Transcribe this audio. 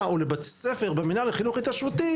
או לבית ספר במינהל לחינוך התיישבותי